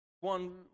one